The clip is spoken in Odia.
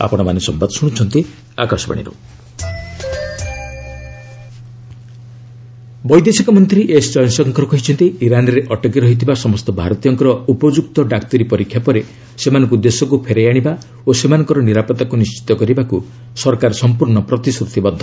ଆର୍ଏସ୍ କରୋନା ବୈଦେଶିକ ମନ୍ତ୍ରୀ ଏସ୍ ଜୟଶଙ୍କର କହିଛନ୍ତି ଇରାନ୍ରେ ଅଟକି ରହିଥିବା ସମସ୍ତ ଭାରତୀୟଙ୍କର ଉପଯ୍ରକ୍ତ ଡାକ୍ତରୀ ପରୀକ୍ଷା ପରେ ସେମାନଙ୍କ ଦେଶକୁ ଫେରାଇ ଆଶିବା ଓ ସେମାନଙ୍କର ନିରାପତ୍ତାକୁ ନିଶିତ କରିବାକୁ ସରକାର ସମ୍ପର୍ଷ୍ଣ ପ୍ରତିଶ୍ରତିବଦ୍ଧ